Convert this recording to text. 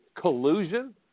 collusion